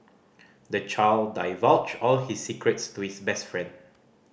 the child divulged all his secrets to his best friend